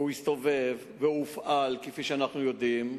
והוא הסתובב, והוא הופעל, כפי שאנחנו יודעים,